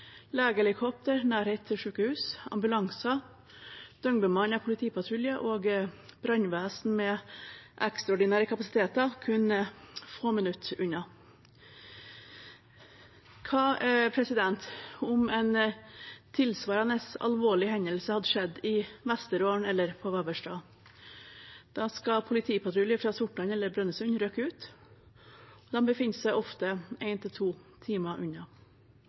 legehelikopter, sykehus, ambulanser, politipatruljer og brannvesen med ekstraordinære kapasiteter kun var få minutter unna. Hva om en tilsvarende alvorlig hendelse hadde skjedd i Vesterålen eller på Vevelstad. Da skal en politipatrulje fra Sortland eller Brønnøysund rykke ut, og de befinner seg ofte én til to timer unna.